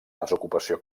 desocupació